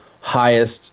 highest